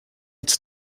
its